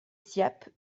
ciappes